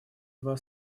два